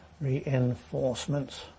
reinforcements